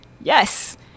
yes